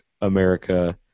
America